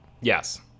Yes